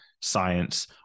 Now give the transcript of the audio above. science